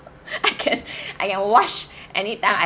I can I can wash anytime I